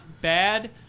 bad